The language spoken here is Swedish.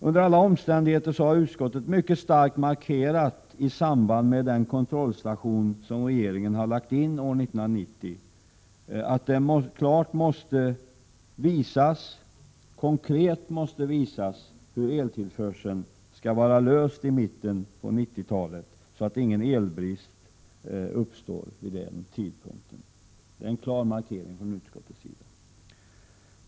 Under alla omständigheter har utskottet mycket starkt markerat, i samband med den kontrollstation som regeringen har lagt in år 1990, att det konkret måste visas hur eltillförseln skall vara löst i mitten på 1990-talet, så att ingen elbrist uppstår vid den tidpunkten. Det är som sagt en klar markering från utskottets sida.